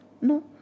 No